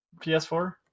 PS4